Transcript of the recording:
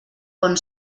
bon